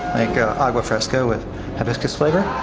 like a agua fresca with hibiscus flavor.